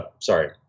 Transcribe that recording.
sorry